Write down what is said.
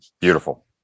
beautiful